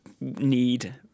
need